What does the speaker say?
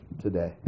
today